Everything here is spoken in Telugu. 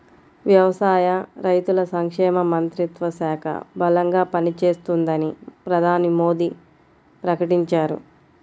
వ్యవసాయ, రైతుల సంక్షేమ మంత్రిత్వ శాఖ బలంగా పనిచేస్తుందని ప్రధాని మోడీ ప్రకటించారు